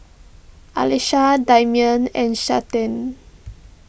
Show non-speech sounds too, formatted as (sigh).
Alisha Damien and (unintelligible)